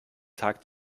tag